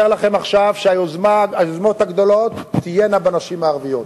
היוזמות הגדולות תהיינה עם הנשים הערביות,